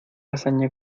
hazaña